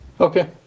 okay